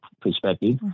perspective